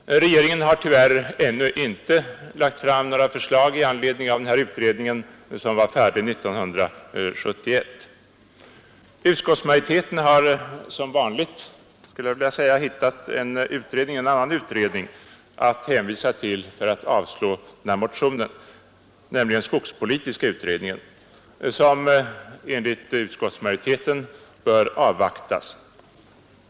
Regeringen har tyvärr ännu inte lagt fram förslag med anledning av utredningen, som var färdig 1971. Utskottsmajoriteten har — som vanligt, skulle jag vilja säga — hittat en annan utredning att hänvisa till för att avstyrka den här motionen, nämligen skogspolitiska utredningen, som enligt utskottsmajoriteten bör avvaktas.